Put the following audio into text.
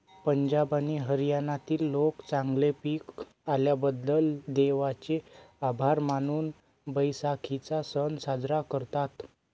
पंजाब आणि हरियाणातील लोक चांगले पीक आल्याबद्दल देवाचे आभार मानून बैसाखीचा सण साजरा करतात